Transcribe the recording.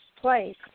place